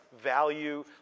value